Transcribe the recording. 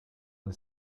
nel